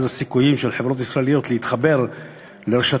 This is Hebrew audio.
אז הסיכויים של חברות ישראליות להתחבר לרשתות